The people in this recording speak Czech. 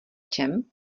čem